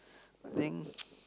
I think